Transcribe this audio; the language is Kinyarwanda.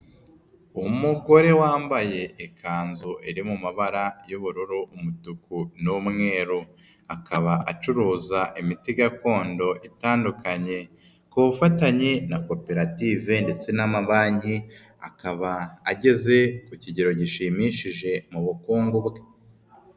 Umugore wambaye ikanzu iri mu mabara y'ubururu, umutuku n'umweru, akaba acuruza imiti gakondo itandukanye ku bufatanye na koperative ndetse n'amabanki, akaba ageze ku kigero gishimishije mu bukungu bwe.